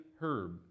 herb